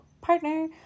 partner